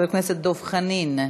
חבר הכנסת דב חנין,